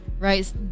Right